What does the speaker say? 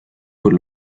con